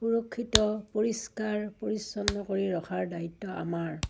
সুৰক্ষিত পৰিষ্কাৰ পৰিচ্ছন্ন কৰি ৰখাৰ দায়িত্ব আমাৰ